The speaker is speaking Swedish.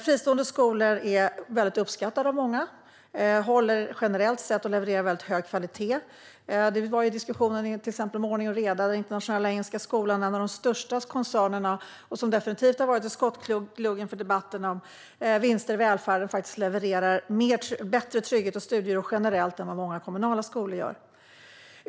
Fristående skolor är väldigt uppskattade av många. De håller generellt sett en hög kvalitet. Det har funnits diskussioner om ordning och reda. Internationella Engelska Skolan - en av de största koncernerna, som definitivt har varit i skottgluggen i debatten om vinster i välfärden - levererar generellt mer trygghet och bättre studiero än vad många kommunala skolor gör.